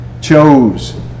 chose